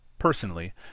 personally